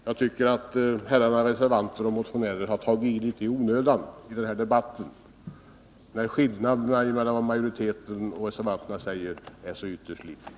Jag tycker att herrar reservanter och motionärer har tagit i litet i onödan i denna debatt, när skillnaden mellan vad majoriteten och reservanterna säger är så ytterst liten.